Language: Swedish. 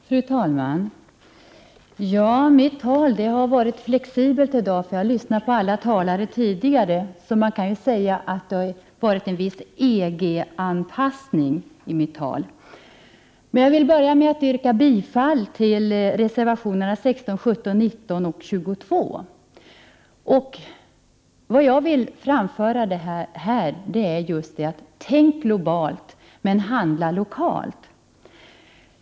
Fru talman! Mitt anförande kommer i dag att vara flexibelt. Jag har lyssnat e Fopalskanuegrör på alla tidigare talare, och man kan säga att det blir en viss EG-anpassning av Sonen det jag nu kommer att säga. Jag vill börja med att yrka bifall till reservationerna 16, 17, 19 och 22. Det jag här vill säga är: Tänk globalt, men handla lokalt!